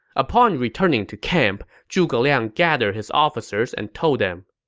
upon returning to camp, zhuge liang gathered his officers and told them,